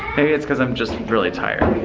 maybe it's cuz i'm just really tired.